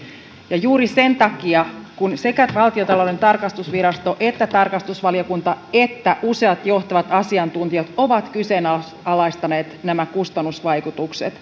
juuri sen takia että sekä valtiontalouden tarkastusvirasto tarkastusvaliokunta että useat johtavat asiantuntijat ovat kyseenalaistaneet nämä kustannusvaikutukset